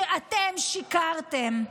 שאתם שיקרתם.